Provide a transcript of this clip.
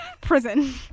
prison